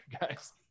guys